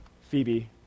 Phoebe